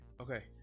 okay